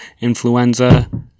influenza